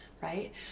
right